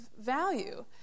value